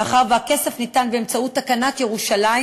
מאחר שהכסף ניתן באמצעות תקנת ירושלים